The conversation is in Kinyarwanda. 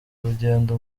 urugendo